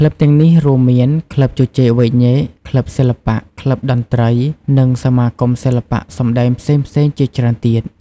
ក្លឹបទាំងនេះរួមមានក្លឹបជជែកវែកញែក ក្លឹបសិល្បៈ ក្លឹបតន្ត្រី និងសមាគមសិល្បៈសម្តែងផ្សេងៗជាច្រើនទៀត។